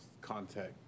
contact